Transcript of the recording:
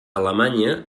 alemanya